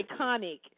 Iconic